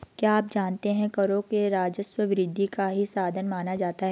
क्या आप जानते है करों को राजस्व वृद्धि का ही साधन माना जाता है?